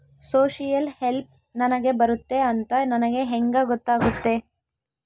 Social help ನನಗೆ ಬರುತ್ತೆ ಅಂತ ನನಗೆ ಹೆಂಗ ಗೊತ್ತಾಗುತ್ತೆ?